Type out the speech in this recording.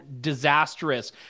disastrous